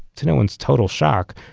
to no one's total shock,